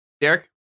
Derek